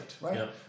right